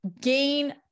gain